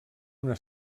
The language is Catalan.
una